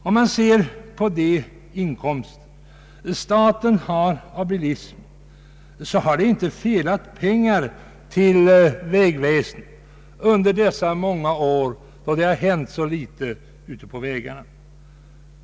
Om man ser på de inkomster staten har av bilismen, finner man att det inte har saknats pengar till vägväsendet under de många år då så litet har gjorts åt vägarna.